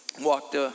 Walked